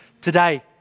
today